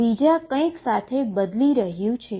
જે બીજા કંઈક સાથે બદલી રહ્યું છે